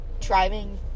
driving